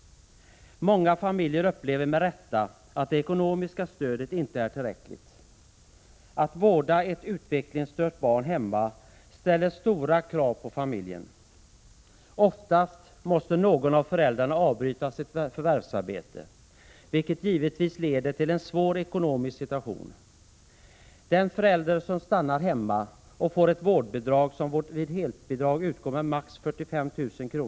Många familjer upplever med rätta att det ekonomiska stödet inte är tillräckligt. Att vårda ett utvecklingsstört barn hemma ställer stora krav på familjen. Oftast måste någon av föräldrarna avbryta sitt förvärvsarbete, vilket givetvis leder till en svår ekonomisk situation. Den förälder som stannar hemma får ett vårdbidrag som vid helt bidrag utgår med max 45 000 kr.